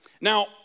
Now